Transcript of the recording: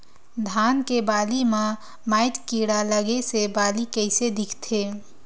धान के बालि म माईट कीड़ा लगे से बालि कइसे दिखथे?